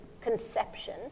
conception